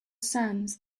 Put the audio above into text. sands